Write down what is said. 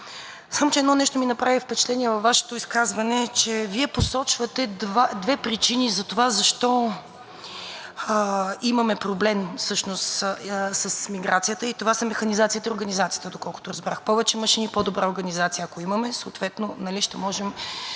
само че едно нещо ми направи впечатление във Вашето изказване, че Вие посочвате две причини за това защо имаме проблем всъщност с миграцията, и това са механизацията и организацията, доколкото разбрах – повече машини, по-добра организация, ако имаме, съответно ще можем